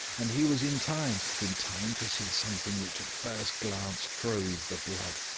and he was in time in time to see something which at first glance froze the blood.